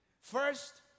First